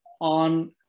on